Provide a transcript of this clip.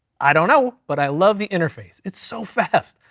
i don't know, but i love the interface. it's so fast.